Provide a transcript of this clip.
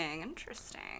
interesting